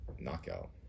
knockout